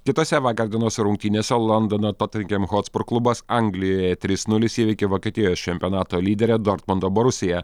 kitose vakar dienos rungtynėse londono totenhem hotspur klubas anglijoje trys nulis įveikė vokietijos čempionato lyderę dortmundo borusiją